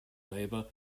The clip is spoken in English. labour